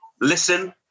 listen